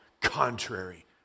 contrary